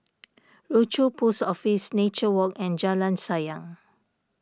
Rochor Post Office Nature Walk and Jalan Sayang